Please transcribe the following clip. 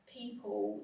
people